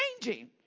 changing